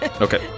Okay